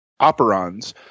operons